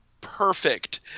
perfect